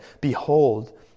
Behold